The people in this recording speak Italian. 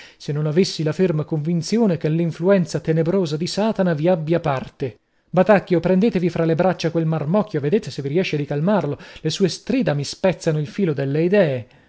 se non avessi la ferma convinzione che l'influenza tenebrosa di satana vi abbia parte batacchio prendetevi fra le braccia quel marmocchio e vedete se vi riesce di calmarlo le sue strida mi spezzano il filo delle idee